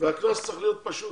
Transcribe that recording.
הקנס צריך להיות פשוט.